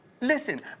Listen